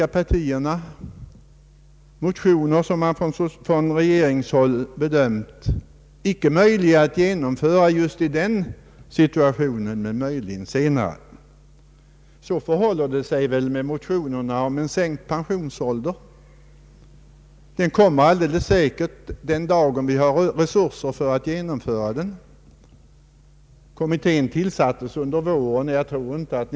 Man har också från oppositionens sida väckt en del motioner om reformer som regeringen icke ansett möjliga att genomföra just nu, även om man hoppas att kunna genomföra dem senare. I en av dessa motioner har föreslagits sänkt pensionsålder. Ja, en sådan sänkning av pensionsåldern kommer säkert att förverkligas den dag regeringen anser att vi har resurser att genomföra den. Som herr Nils-Eric Gustafsson nämnde har en utredning tillsatts.